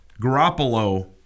Garoppolo